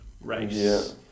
race